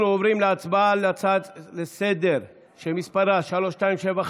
אני קובע שהצעת החוק עברה בקריאה טרומית,